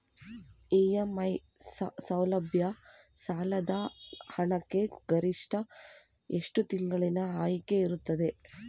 EMI ಸೌಲಭ್ಯ ಸಾಲದ ಹಣಕ್ಕೆ ಗರಿಷ್ಠ ಎಷ್ಟು ತಿಂಗಳಿನ ಆಯ್ಕೆ ಇರುತ್ತದೆ?